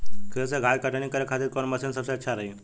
खेत से घास कटनी करे खातिर कौन मशीन सबसे अच्छा रही?